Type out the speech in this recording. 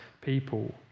people